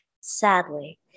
Sadly